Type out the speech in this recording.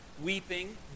weeping